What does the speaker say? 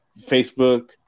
Facebook